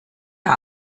der